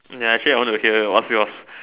ya actually I want to hear what's yours